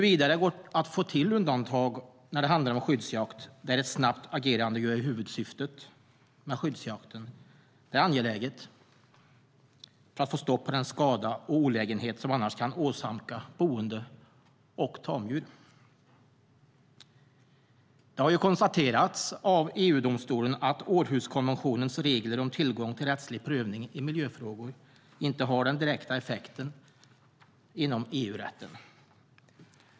Det har konstaterats av EU-domstolen att Århuskonventionens regler om tillgång till rättslig prövning i miljöfrågor inte har den direkta effekten inom EU-rätten.